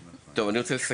טוב, אני רוצה לסכם.